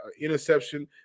interception